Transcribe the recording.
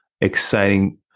exciting